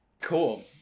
Cool